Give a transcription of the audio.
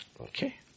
Okay